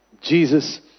Jesus